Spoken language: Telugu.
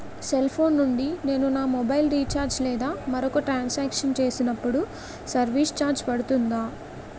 సెల్ ఫోన్ నుండి నేను నా మొబైల్ రీఛార్జ్ లేదా మరొక ట్రాన్ సాంక్షన్ చేసినప్పుడు సర్విస్ ఛార్జ్ పడుతుందా?